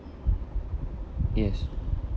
yes